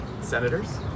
senators